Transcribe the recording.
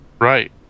Right